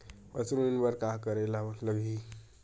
पशु ऋण बर का करे ला लगही?